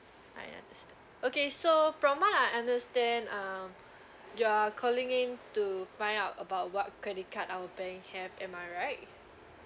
I understand okay so from what I understand um you are calling in to find out about what credit card our bank have am I right